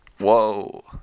whoa